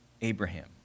Abraham